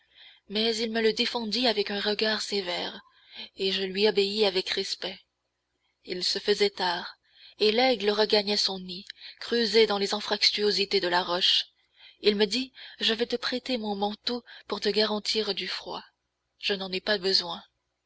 mais il me le défendit avec un regard sévère et je lui obéis avec respect il se faisait tard et l'aigle regagnait son nid creusé dans les anfractuosités de la roche il me dit je vais te prêter mon manteau pour te garantir du froid je n'en ai pas besoin